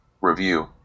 Review